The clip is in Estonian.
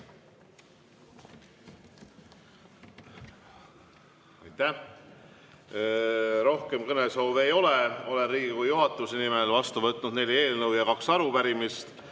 Aitäh! Rohkem kõnesoove ei ole. Olen Riigikogu juhatuse nimel vastu võtnud neli eelnõu ja kaks arupärimist.